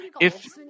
If